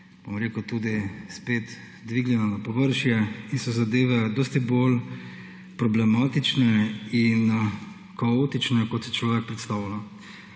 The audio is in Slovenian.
poglobila, tudi spet dvignila na površje in so zadeve dosti bolj problematične in kaotične, kot si človek predstavlja.